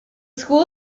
school